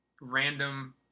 random